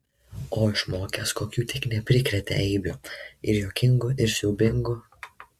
o išmokęs kokių tik neprikrėtė eibių ir juokingų ir siaubingų